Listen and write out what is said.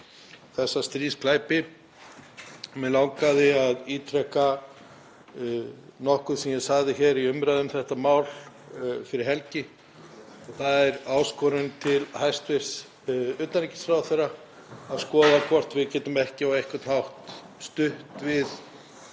þessa stríðsglæpi. Mig langaði að ítreka nokkuð sem ég sagði hér í umræðu um þetta mál fyrir helgi. Það er áskorun til hæstv. utanríkisráðherra um að skoða hvort við getum ekki á einhvern hátt stutt við